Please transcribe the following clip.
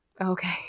Okay